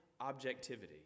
objectivity